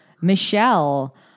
Michelle